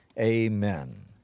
Amen